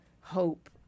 hope